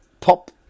pop